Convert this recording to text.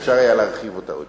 אפשר היה להרחיב אותה יותר.